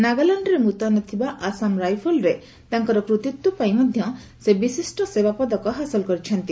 ନାଗାଲାଣ୍ଡରେ ମୁତୟନ ଥିବା ଆସାମ ରାଇଫଲ୍ରେ ତାଙ୍କର କୃତିତ୍ୱ ପାଇଁ ସେ ମଧ୍ୟ ବିଶିଷ୍ଟ ସେବା ପଦକ ହାସଲ କରିଛନ୍ତି